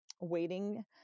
waiting